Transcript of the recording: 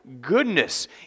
goodness